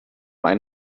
ein